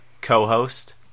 co-host